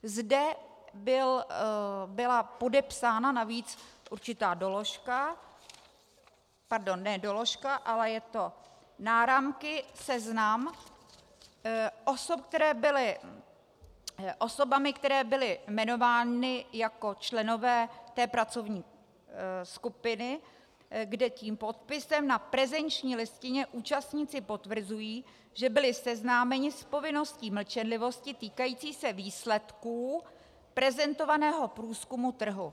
Zde byla podepsána navíc určitá doložka pardon, ne doložka, ale je to náramky, seznam osob, které byly osobami, které byly jmenovány jako členové té pracovní skupiny, kde tím podpisem na prezenční listině účastníci potvrzují, že byli seznámeni s povinností mlčenlivosti týkající se výsledků prezentovaného průzkumu trhu.